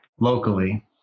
Locally